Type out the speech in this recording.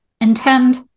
intend